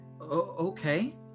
okay